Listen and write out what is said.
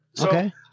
Okay